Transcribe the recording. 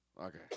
Okay